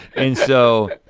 and so,